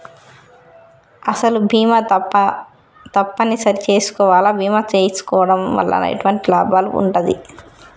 అసలు బీమా తప్పని సరి చేసుకోవాలా? బీమా చేసుకోవడం వల్ల ఎటువంటి లాభం ఉంటది?